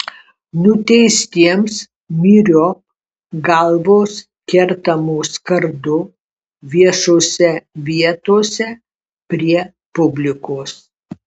nuteistiems myriop galvos kertamos kardu viešose vietose prie publikos